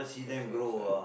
that's very sad